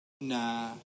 na